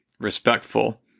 respectful